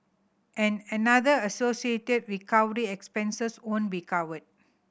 and another associated recovery expenses won't be covered